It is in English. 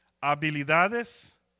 habilidades